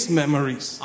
memories